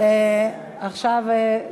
אפשר הצעה אחרת?